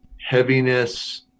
heaviness